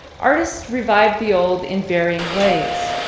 artists revived the old in varying ways.